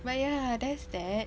but yeah there's that